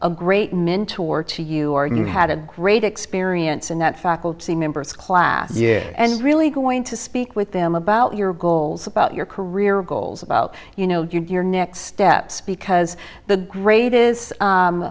a great mentor to you or you had a great experience in that faculty members class and is really going to speak with them about your goals about your career goals about you know your next steps because the gr